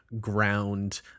ground